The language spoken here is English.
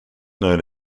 known